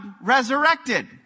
resurrected